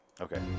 Okay